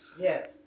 Yes